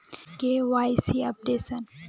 KYC updation?